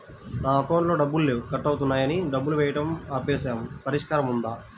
నా అకౌంట్లో డబ్బులు లేవు కట్ అవుతున్నాయని డబ్బులు వేయటం ఆపేసాము పరిష్కారం ఉందా?